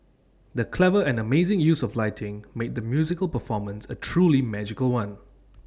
the clever and amazing use of lighting made the musical performance A truly magical one